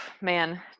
man